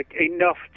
enough